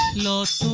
last